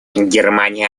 германия